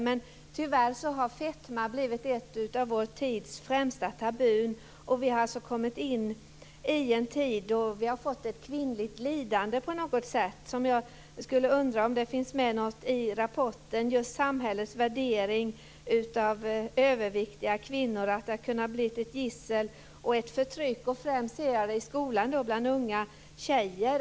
Men tyvärr har fetma blivit ett av vår tids främsta tabun, och vi har kommit in i en tid då vi har fått ett kvinnligt lidande på något sätt. Jag undrar om det i rapporten står något om samhällets värdering av överviktiga kvinnor, att det har kunnat bli ett gissel och ett förtryck. Främst ser jag det i skolan bland unga tjejer.